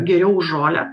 geriau už žolę